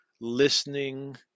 listening